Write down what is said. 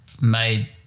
made